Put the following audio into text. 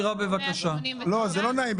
זה לא נעים.